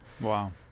Wow